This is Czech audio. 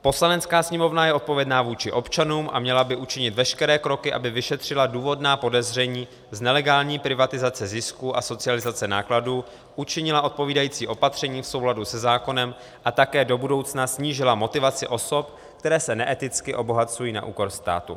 Poslanecká sněmovna je odpovědna vůči občanům a měla by učinit veškeré kroky, aby vyšetřila důvodná podezření z nelegální privatizace zisku a socializace nákladů, učinila odpovídající opatření v souladu se zákonem a také do budoucna snížila motivaci osob, které se neeticky obohacují na úkor státu.